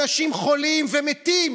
אנשים חולים ומתים,